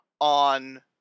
on